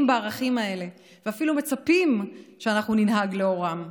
בערכים האלה ואפילו מצפים שאנחנו ננהג לאורם.